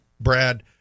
Brad